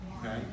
Okay